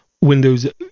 Windows